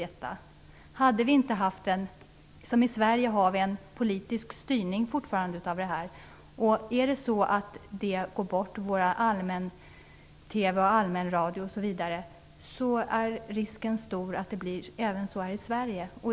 I Sverige har vi fortfarande en politisk styrning av detta. Om denna styrning tas bort från vår allmänradio och allmän-TV så är risken stor att det blir som i Italien även här i Sverige.